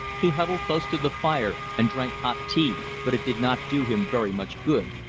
he huddled close to the fire, and drank hot tea, but it did not do him very much good.